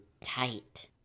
tight